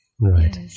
Right